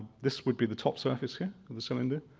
this would be the top surface here of the cylinder.